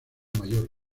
mayor